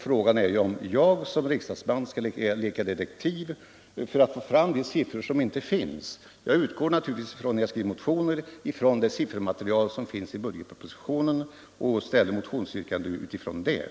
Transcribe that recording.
Frågan är ju om jag som riksdagsman skall leka detektiv för att få fram de siffror som inte finns. När jag skriver motioner utgår jag naturligtvis från det siffermaterial som finns i budgetpropositionen och framställer mina yrkanden med dem som utgångspunkt.